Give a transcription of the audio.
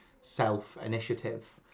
self-initiative